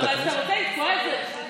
אתה רוצה לתקוע את זה?